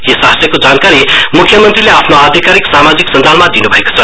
यस आशयको जानकारी मुख्यमंत्रीले आफ्नो आधारिक सामाजिक संजालमा दिनु भएको छ